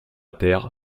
terre